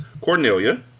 Cornelia